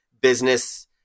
business